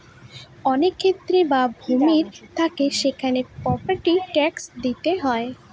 অনেক ক্ষেত বা ভূমি থাকে সেখানে প্রপার্টি ট্যাক্স দিতে হয়